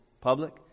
public